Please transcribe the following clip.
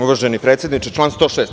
Uvaženi predsedniče, član 106.